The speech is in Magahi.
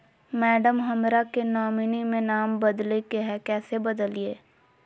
मैडम, हमरा के नॉमिनी में नाम बदले के हैं, कैसे बदलिए